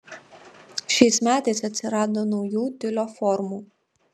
šiais metais atsirado naujų tiulio formų